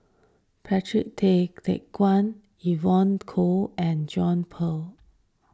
Patrick Tay Teck Guan Evon Kow and John Eber